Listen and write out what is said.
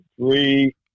three